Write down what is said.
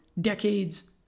decades